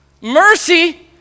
Mercy